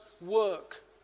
work